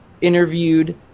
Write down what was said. interviewed